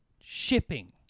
shipping